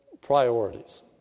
priorities